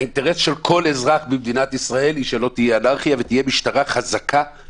האינטרס של כל אזרח במדינת ישראל הוא שלא תהיה אנרכיה ותהיה משטרה חזקה,